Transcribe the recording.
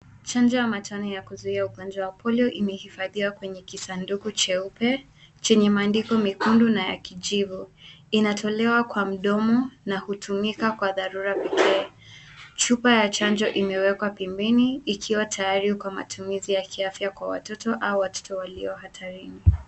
Chanjo ya machoni ya kuzuia ugonjwa wa polio imehifadhiwa kwenye kisanduku cheupe chenye maandiko mekundu na kijivu. Inatolewa kwa mdomo na hutumika kwa dharura pekee. Chupa ya chanjo imewekwa pembeni ikiwa tayari kwa matumizi ya kiafya kwa watoto au watoto walio hatarini.